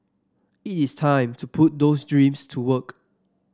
it is time to put those dreams to work